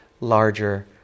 larger